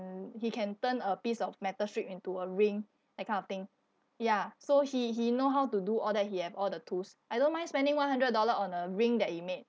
and he can turn a piece of metal strip into a ring that kind of thing ya so he he know how to do all that he have all the tools I don't mind spending one hundred dollar on a ring that he made